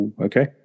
Okay